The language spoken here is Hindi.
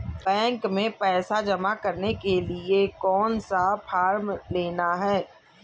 बैंक में पैसा जमा करने के लिए कौन सा फॉर्म लेना है?